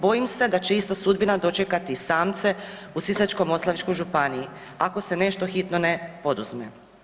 Bojim se da će ista sudbina dočekati i samce u Sisačko-moslavačkoj županiji, ako se nešto hitno ne poduzme.